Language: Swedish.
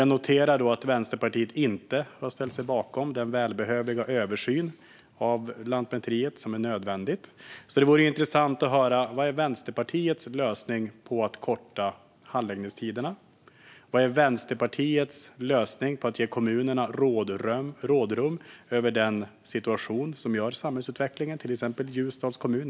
Jag noterar att Vänsterpartiet inte har ställt sig bakom den välbehövliga översyn av Lantmäteriet som är nödvändig. Det vore intressant att höra Vänsterpartiets lösning på att korta handläggningstiderna och ge kommunerna rådrum över den situation som ger samhällsutveckling, till exempel i Ljusdals kommun.